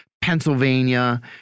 Pennsylvania